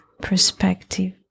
perspective